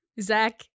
Zach